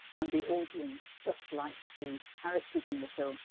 um the audience, just like the characters in the film,